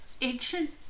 ancient